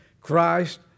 Christ